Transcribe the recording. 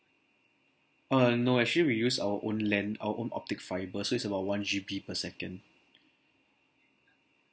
uh no actually we use our own LAN our own optic fibre so it's about one G_B per second